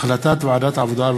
החלטת ועדת העבודה,